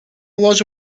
loja